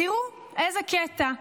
תראו איזה קטע,